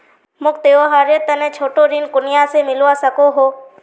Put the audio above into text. मोक त्योहारेर तने छोटा ऋण कुनियाँ से मिलवा सको हो?